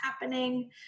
happening